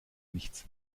nichts